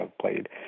played